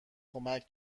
کمک